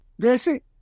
Gracie